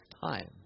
time